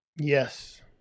Yes